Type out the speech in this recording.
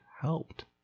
helped